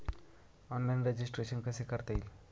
Online registration कसे करता येईल?